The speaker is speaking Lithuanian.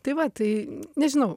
tai va tai nežinau